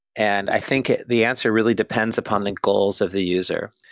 and i think the answer really depends upon the goals of the user.